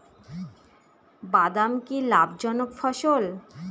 বাদাম কি লাভ জনক ফসল?